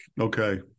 Okay